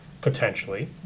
potentially